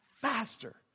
faster